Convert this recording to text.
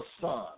son